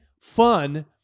fun